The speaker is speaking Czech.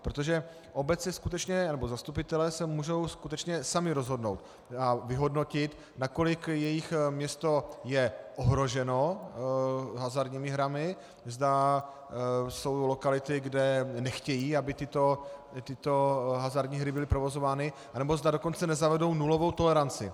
Protože obec nebo zastupitelé se mohou skutečně sami rozhodnout, vyhodnotit, nakolik jejich město je ohroženo hazardními hrami, zda jsou lokality, kde nechtějí, aby tyto hazardní hry byly provozovány, nebo zda dokonce nezavedou nulovou toleranci.